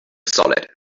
solid